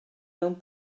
mewn